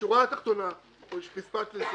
השורה התחתונה, משפט לסיכום: